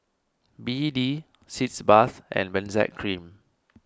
B A D Sitz Bath and Benzac Cream